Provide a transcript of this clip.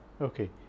Okay